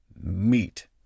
Meat